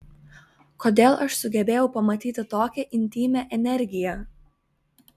kodėl aš sugebėjau pamatyti tokią intymią energiją